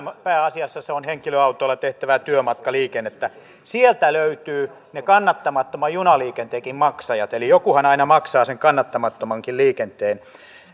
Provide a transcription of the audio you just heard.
pääasiassa se on henkilöautoilla tehtävää työmatkaliikennettä sieltä löytyvät ne kannattamattoman junaliikenteenkin maksajat eli jokuhan aina maksaa sen kannattamattomankin liikenteen